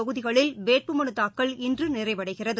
தொகுதிகளில் வேட்புமனுதாக்கல் இன்றுநிறைவடைகிறது